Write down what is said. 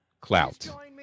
clout